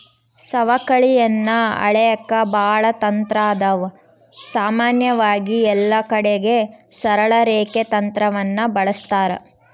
ಸವಕಳಿಯನ್ನ ಅಳೆಕ ಬಾಳ ತಂತ್ರಾದವ, ಸಾಮಾನ್ಯವಾಗಿ ಎಲ್ಲಕಡಿಗೆ ಸರಳ ರೇಖೆ ತಂತ್ರವನ್ನ ಬಳಸ್ತಾರ